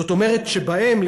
זאת אומרת שבהם,